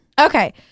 Okay